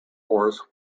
force